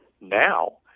now